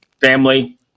family